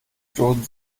stoßen